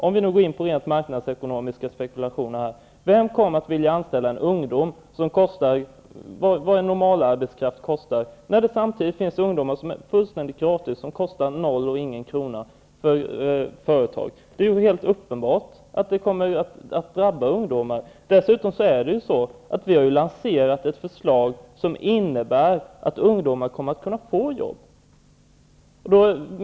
Om vi nu går in på rent marknadsekonomiska spekulationer måste jag fråga: Vem kommer att vilja anställa ungdomar som kostar lika mycket som normal arbetskraft kostar, när det samtidigt finns ungdomar som är gratis för företaget? Det är helt uppenbart att ungdomar drabbas. Dessutom har vi lanserat ett förslag som innebär att ungdomar kommer att kunna få jobb.